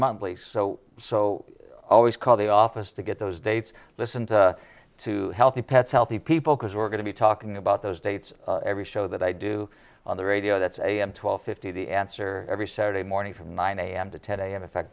monthly so so i always call the office to get those dates listened to healthy pets healthy people because we're going to be talking about those dates every show that i do on the radio that's am twelve fifty the answer every saturday morning from nine am to ten am in fact